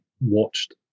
watched